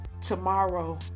tomorrow